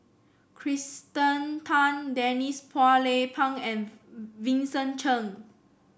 Kirsten Tan Denise Phua Lay Peng and Vincent Cheng